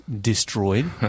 destroyed